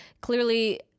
Clearly